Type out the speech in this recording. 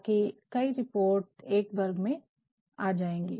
ताकि कई रिपोर्ट्स एक वर्ग में आ जाएँगी